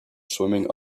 swimming